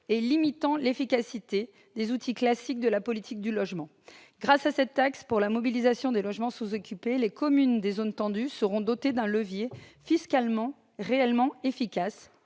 et limitant l'efficacité des outils classiques de la politique du logement. Grâce à cette taxe pour la mobilisation des logements sous-occupés, les communes des zones tendues seront dotées d'un levier fiscal réellement efficace,